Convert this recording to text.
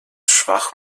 schwach